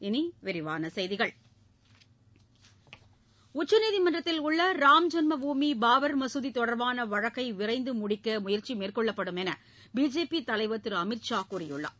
இனி விரிவான செய்திகள் உச்சநீதிமன்றத்தில் உள்ள ராம்ஜன்ம பூமி பாபர் மசூதி தொடர்பான வழக்கை விரைந்து முடிக்க முயற்சி மேற்கொள்ளப்படும் என்று பிஜேபி தலைவர் திரு அமித் ஷா கூறியுள்ளார்